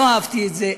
לא אהבתי את זה,